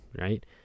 right